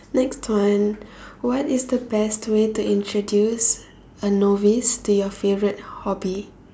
next one what is the best way to introduce a novice to your favorite hobby